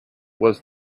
was